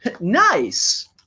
Nice